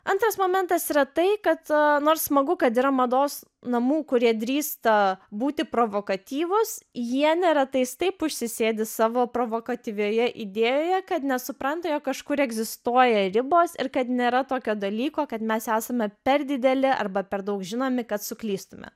antras momentas yra tai kad nors smagu kad yra mados namų kurie drįsta būti provokatyvūs jie neretais taip užsisėdi savo provokatyvioje idėjoje kad nesupranta jog kažkur egzistuoja ribos ir kad nėra tokio dalyko kad mes esame per dideli arba per daug žinomi kad suklystume